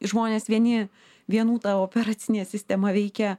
žmonės vieni vienų ta operacinė sistema veikia